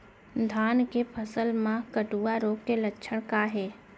धान के फसल मा कटुआ रोग के लक्षण का हे?